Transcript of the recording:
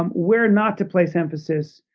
um where not to place emphasis,